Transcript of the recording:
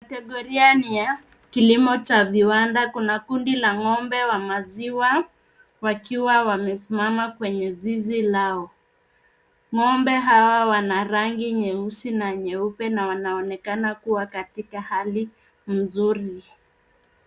Kategoria ni ya kilimo cha viwanda, kuna kundi la ng'ombe wa maziwa wakiwa wamesimama kwenye zizi lao. Ng'ombe hawa wana rangi nyeusi na nyeupe na wanaonekana kuwa katika hali mzuri.